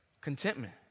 contentment